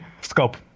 scope